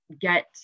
get